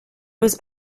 was